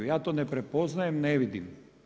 Ja to ne prepoznajem, ne vidim.